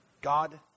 God